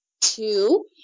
two